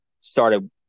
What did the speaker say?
started